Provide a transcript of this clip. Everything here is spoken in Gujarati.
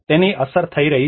તેની અસર થઈ રહી છે